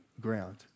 ground